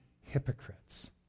hypocrites